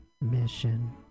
mission